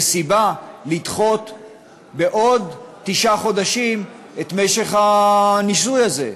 סיבה להאריך בעוד תשעה חודשים את משך הניסוי הזה.